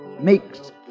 makes